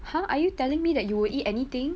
!huh! are you telling me that you will eat anything